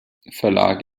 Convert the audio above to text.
verlag